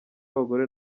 abagore